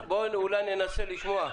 בוא אולי ננסה לשמוע.